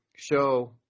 Show